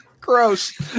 gross